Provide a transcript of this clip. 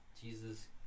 Jesus